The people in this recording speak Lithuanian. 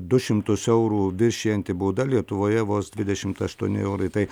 du šimtus eurų viršijanti bauda lietuvoje vos dvidešimt aštuoni eurai tai